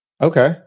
Okay